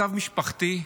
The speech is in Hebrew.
מצב משפחתי,